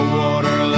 water